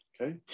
okay